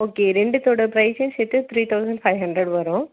okay ரெண்டுத்தோட பிரைஸையும் சேர்த்து த்ரீ தொளசண்ட் ஃபை ஹண்ட்ரட் வரும்